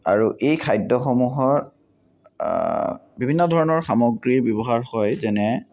আৰু এই খাদ্যসমূহৰ বিভিন্ন ধৰণৰ সামগ্ৰী ব্যৱহাৰ হয় যেনে